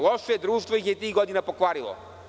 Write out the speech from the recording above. Loše društvo ih je tih godina pokvarilo.